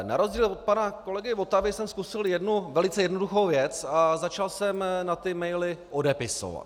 Na rozdíl od pana kolegy Votavy jsem zkusil jednu velice jednoduchou věc a začal jsem na ty maily odepisovat.